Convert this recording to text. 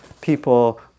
people